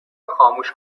خاموش